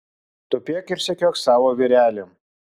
tupėk ir sekiok savo vyrelį